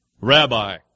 rabbi